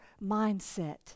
mindset